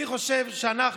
אני חושב שאנחנו,